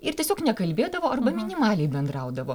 ir tiesiog nekalbėdavo arba minimaliai bendraudavo